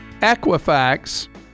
Equifax